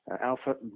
Alpha